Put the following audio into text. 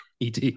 ET